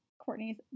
Courtney's